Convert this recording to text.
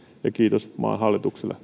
ja kiitos maan hallitukselle